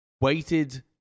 weighted